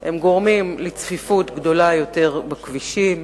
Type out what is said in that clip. הם גורמים לצפיפות גדולה יותר בכבישים,